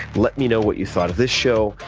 let me know what you thought of this show,